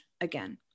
again